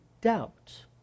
doubt